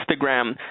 Instagram